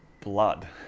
blood